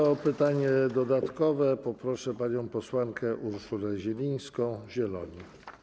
O pytanie dodatkowe poproszę panią posłankę Urszulę Zielińską, Zieloni.